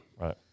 Right